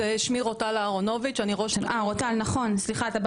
שמי רוטל אהרונוביץ', אני ראש